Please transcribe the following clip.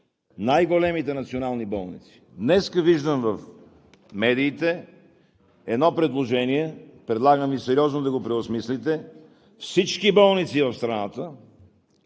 най-големите национални болници. Днес виждам в медиите едно предложение – предлагам Ви сериозно да го преосмислите, всички болници в страната